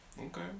Okay